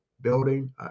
Building